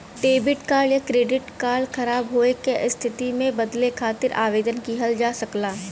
debit या credit card ख़राब होये क स्थिति में बदले खातिर आवेदन किहल जा सकला